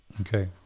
Okay